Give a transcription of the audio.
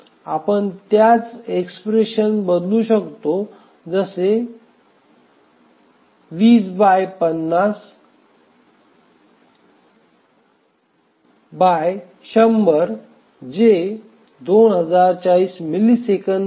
आपण त्याच एक्स्प्रेशन बदलू शकतो जसे 10 20 बाय 50 बाय 100 जे 2040 मिलिसेकंद आहे